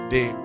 Day